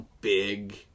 big